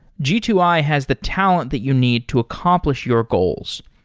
g two i has the talent that you need to accomplish your goals.